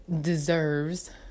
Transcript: deserves